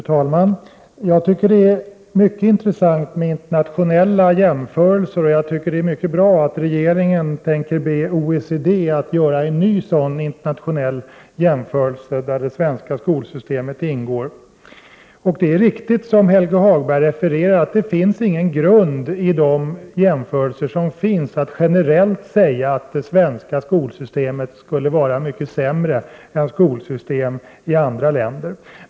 Fru talman! Jag tycker det är mycket intressant med internationella jämförelser, och jag tycker det är bra att regeringen tänker be OECD att göra en ny internationell jämförelse där det svenska skolsystemet ingår. Det är riktigt som Helge Hagberg refererar, att de jämförelser som finns inte utgör någon grund för generella uttalanden att det svenska skolsystemet skulle vara mycket sämre än skolsystemen i andra länder.